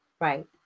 Right